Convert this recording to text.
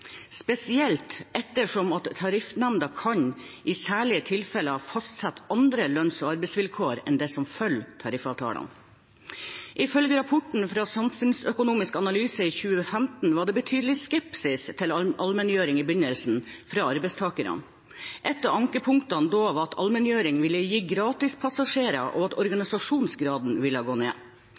spesielt ettersom Tariffnemnda i særlige tilfeller kan fastsette andre lønns- og arbeidsvilkår enn det som følger av tariffavtalen. Ifølge rapporten fra Samfunnsøkonomisk analyse i 2015 var det fra arbeidstakersiden i begynnelsen betydelig skepsis til allmenngjøring. Et av ankepunktene da var at allmenngjøring ville gi gratispassasjerer, og at organisasjonsgraden ville gå ned,